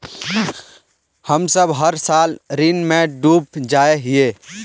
हम सब हर साल ऋण में डूब जाए हीये?